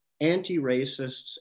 anti-racists